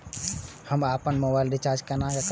हम अपन mobile recharge केना करब?